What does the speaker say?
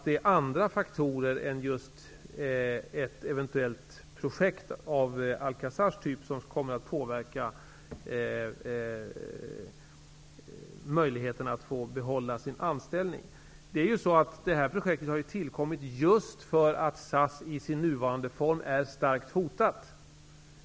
Det är andra faktorer än ett eventuellt projekt av Alcazars typ som kommer att påverka möjligheten att få behålla sin anställning. Det här projektet har tillkommit just för att SAS är starkt hotat i sin nuvarande form.